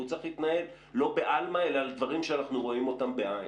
והוא צריך להתנהל לא בעלמא אלא על דברים שאנחנו רואים בעין.